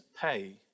pay